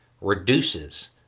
reduces